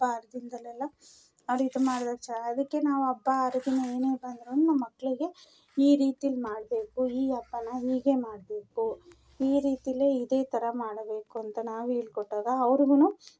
ಹಬ್ಬ ಹರಿದಿನ್ದಲೆಲ್ಲ ಅವರು ಇದು ಮಾಡಿದಾಗ ಚ ಅದಕ್ಕೆ ನಾವು ಹಬ್ಬ ಹರಿದಿನ ಏನೇ ಬಂದರೂ ನಮ್ಮ ಮಕ್ಕಳಿಗೆ ಈ ರೀತಿಯಲ್ ಮಾಡಬೇಕು ಈ ಹಬ್ಬನ ಹೀಗೇ ಮಾಡಬೇಕು ಈ ರೀತಿಯಲ್ಲೇ ಇದೇ ಥರ ಮಾಡಬೇಕು ಅಂತ ನಾವು ಹೇಳ್ಕೊಟ್ಟಾಗ ಅವ್ರಿಗೂ